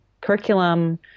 curriculum